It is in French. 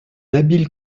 habile